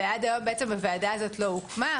ועד היום הוועדה הזאת לא הוקמה.